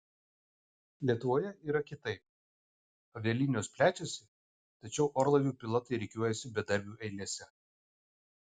lietuvoje yra kitaip avialinijos plečiasi tačiau orlaivių pilotai rikiuojasi bedarbių eilėse